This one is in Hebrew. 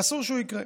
ואסור שהוא יקרה.